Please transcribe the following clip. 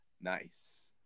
nice